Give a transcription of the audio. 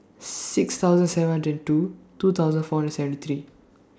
six thousand seven hundred two two thousand four hundred seventy three